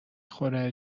خوره